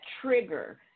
trigger